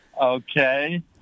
Okay